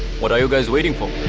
what are you guys waiting for?